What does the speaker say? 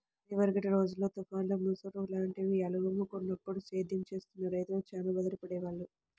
ఇదివరకటి రోజుల్లో తుఫాన్లు, ముసురు లాంటివి అలుముకున్నప్పుడు సేద్యం చేస్తున్న రైతులు చానా బాధలు పడేవాళ్ళు